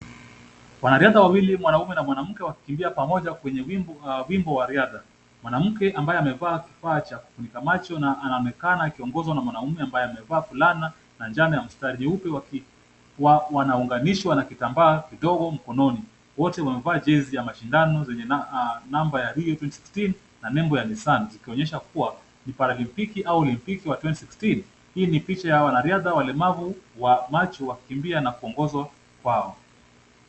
Wanariadha wawili mwanaume na mwanamke wakikimbia pamoja kwenye wingu wa riadha, Mwanamke ambaye amevaa kifaa cha kufunika macho na anaonekana akiongozwa na mwanaume ambaye amevaa fulana ya njano na mstari mweupe wakini, wanaunganishwa na kitambaa kidogo mkononi. Wote wamevaa jezi ya mashindano zenye namba ya Rio 2016 na nembo ya Nissan, ikionyesha kuwa ni paralimpiki au olimpiki wa 2016. Hii ni picha ya wanariadha walemavu wa macho wakikimbia na kiongozwa wao.